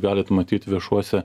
galit matyt viešuose